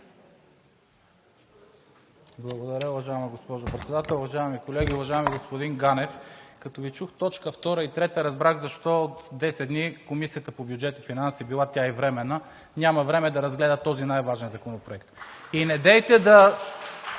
Благодаря, уважаема госпожо Председател. Уважаеми колеги, уважаеми господин Ганев, като Ви чух точка втора и трета, разбрах защо от 10 дни Комисията по бюджет и финанси, била тя и временна, няма време да разгледа този най-важен законопроект. Недейте да